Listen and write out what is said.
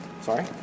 Sorry